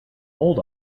old